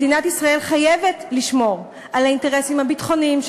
מדינת ישראל חייבת לשמור על האינטרסים הביטחוניים,